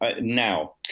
now